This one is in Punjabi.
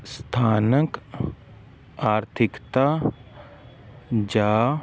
ਸਥਾਨਕ ਆਰਥਿਕਤਾ ਜਾਂ